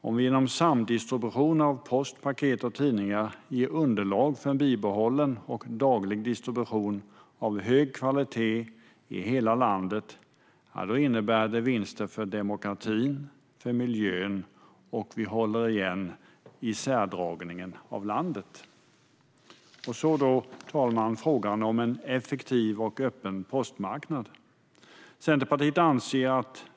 Om vi genom samdistribution av post, paket och tidningar ger underlag för bibehållen daglig distribution av hög kvalitet i hela landet innebär det vinster för demokratin och miljön, och vi håller emot isärdragningen av landet. Herr talman! Så till frågan om en effektiv och öppen postmarknad.